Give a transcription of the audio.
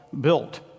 built